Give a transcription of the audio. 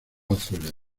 azules